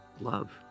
love